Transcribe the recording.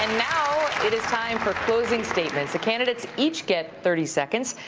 and now time for closing statements. the candidates each get thirty seconds.